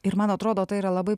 ir man atrodo tai yra labai